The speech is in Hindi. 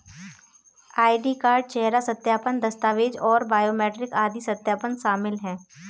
आई.डी कार्ड, चेहरा सत्यापन, दस्तावेज़ और बायोमेट्रिक आदि सत्यापन शामिल हैं